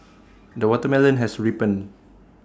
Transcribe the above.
the watermelon has ripened